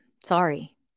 Sorry